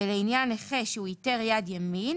ולעניין נכה שהוא איטר יד ימין